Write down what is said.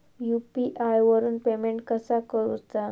UPI वरून payment कसा करूचा?